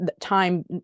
time